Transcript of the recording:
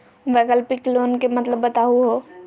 वैकल्पिक लोन के मतलब बताहु हो?